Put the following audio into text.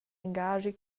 engaschi